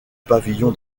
pavillon